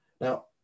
Now